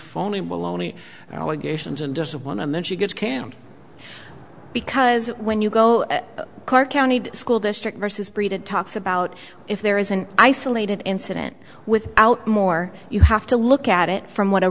phony baloney allegations and doesn't one and then she gets canned because when you go clark county school district versus breed it talks about if there is an isolated incident without more you have to look at it from what a